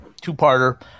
two-parter